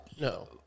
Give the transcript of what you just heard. No